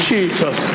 Jesus